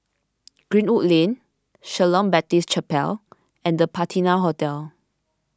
Greenwood Lane Shalom Baptist Chapel and the Patina Hotel